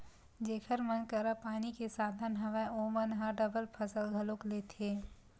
जेखर मन करा पानी के साधन हवय ओमन ह डबल फसल घलोक लेथे